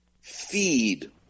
feed